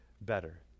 better